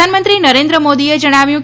પ્રધાનમત્રી નરેન્દ્ર મોદીએ જણાવ્યુ છે